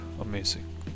amazing